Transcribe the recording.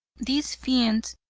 these fiends,